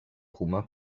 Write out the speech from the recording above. roumains